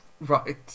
Right